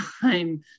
time